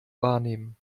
wahrnehmen